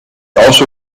also